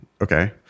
Okay